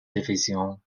division